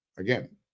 again